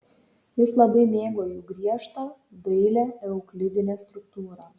jis labai mėgo jų griežtą dailią euklidinę struktūrą